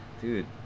dude